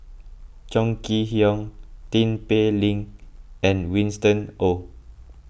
Chong Kee Hiong Tin Pei Ling and Winston Oh